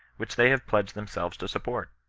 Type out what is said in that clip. which they have pledged themselves to support,